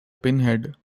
pinhead